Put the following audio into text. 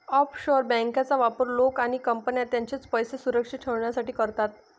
offshore बँकांचा वापर लोक आणि कंपन्या त्यांचे पैसे सुरक्षित ठेवण्यासाठी करतात